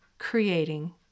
Creating